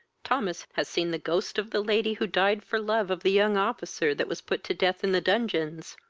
thomas has seen the ghost of the lady who died for love of the young officer that was put to death in the dungeons.